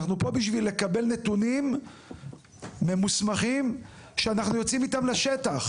אנחנו פה בשביל לקבל נתונים ממוסמכים שאנחנו יוצאים איתם לשטח.